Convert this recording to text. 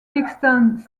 texans